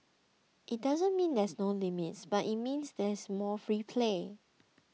it doesn't mean there are no limits but it means there is more free play